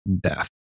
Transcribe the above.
death